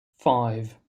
five